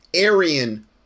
Aryan